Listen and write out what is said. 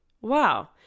wow